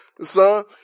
son